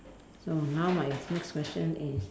so now my next question is